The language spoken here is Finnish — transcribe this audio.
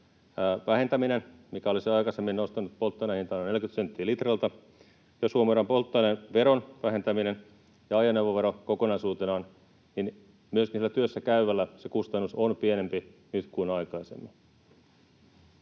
vähentäminen, mikä olisi aikaisemmin nostanut polttoainehintaa 40 senttiä litralta, jos huomioidaan polttoaineveron vähentäminen ja ajoneuvovero kokonaisuutena, niin myös niillä työssä käyvillä se kustannus on pienempi nyt kuin aikaisemmin.